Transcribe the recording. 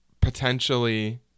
potentially